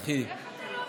איך אתה לא מתבייש?